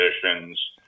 conditions